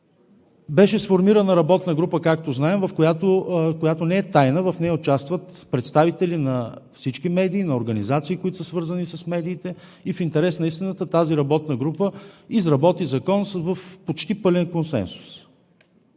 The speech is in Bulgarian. Беше сформирана работна група, както знаем, която не е тайна. В нея участват представители на всички медии, на организации, които са свързани с медиите. В интерес на истината тази работна група изработи закон в почти пълен консенсус.